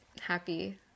happy